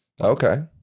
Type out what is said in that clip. Okay